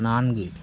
நான்கு